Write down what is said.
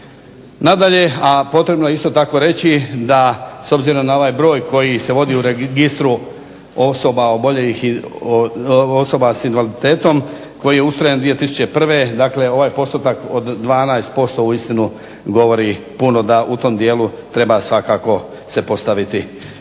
Nadalje, a potrebno je isto tako reći da s obzirom na ovaj broj koji se vodi u registru osoba s invaliditetom koji je ustrojen 2001. dakle ovaj postotak od 12% uistinu govori puno da u tom dijelu treba svakako se postaviti